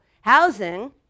housing